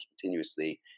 continuously